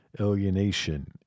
Alienation